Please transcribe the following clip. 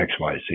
XYZ